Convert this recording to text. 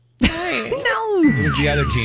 No